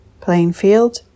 Plainfield